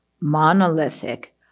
monolithic